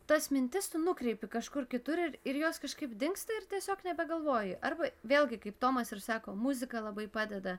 tas mintis tu nukreipi kažkur kitur ir ir jos kažkaip dingsta ir tiesiog nebegalvoji arba vėlgi kaip tomas ir sako muzika labai padeda